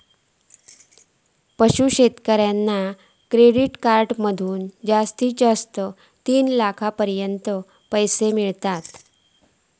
पशू शेतकऱ्याक credit card मधना जास्तीत जास्त तीन लाखातागत पैशे मिळतत